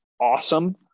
Awesome